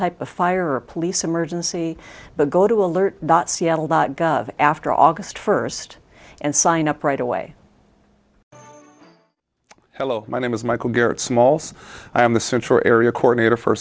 type of fire or police emergency but go to alert seattle dot gov after august first and sign up right away hello my name is michael garrett small's i am the searcher area coordinator for